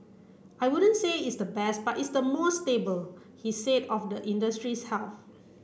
I wouldn't say it's the best but it's the most stable he said of the industry's health